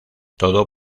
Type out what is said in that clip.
todo